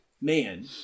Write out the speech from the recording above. man